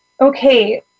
okay